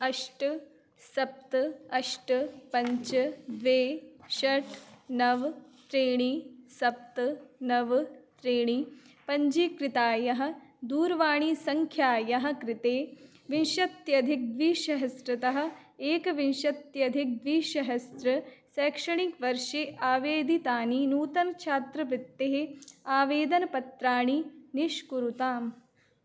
अष्ट सप्त अष्ट पञ्च द्वे षट् नव त्रीणि सप्त नव त्रीणि पञ्जीकृतायाः दूरवाणिसंख्यायाः कृते विंशत्यधिकद्विसहस्रतः एकविंशत्यधिकद्विसहस्रशैक्षणिकवर्षे आवेदितानि नूतनछात्रवृत्तेः आवेदनपत्राणि निष्कुरुताम्